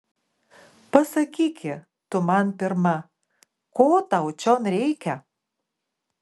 pasakyki tu man pirma ko tau čion reikia